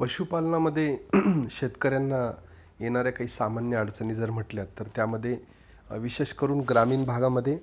पशुपालनामध्ये शेतकऱ्यांना येणाऱ्या काही सामान्य अडचणी जर म्हटल्या तर त्यामध्ये विशेष करून ग्रामीण भागामध्ये